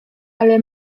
ale